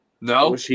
No